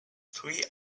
three